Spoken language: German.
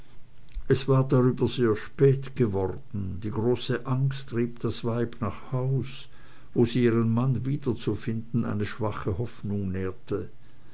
es war darüber sehr spät geworden die große angst trieb das weib nach haus wo sie ihren mann wiederzufinden eine schwache hoffnung nährte